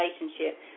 relationship